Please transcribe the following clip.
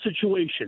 situation